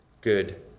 good